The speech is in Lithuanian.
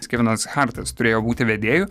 kevinas hartas turėjo būti vedėju